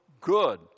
good